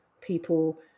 people